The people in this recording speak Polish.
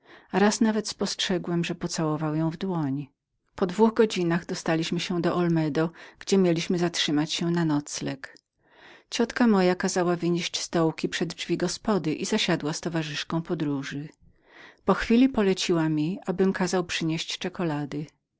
ręki czasami zaś całował jej stopę po dwóch godzinach dostaliśmy się do elmedo gdzie mieliśmy zatrzymać się na nocleg ciotka moja kazała wynieść stołki przed drzwi domu czyli gospody i zasiadła z towarzyszką podróży po chwili poleciła mi abym kazał przynieść czekulady